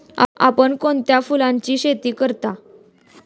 आपण कोणत्या फुलांची शेती करता?